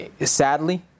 sadly